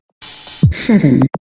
seven